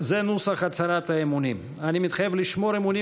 הצהרת האמונים: "אני מתחייב לשמור אמונים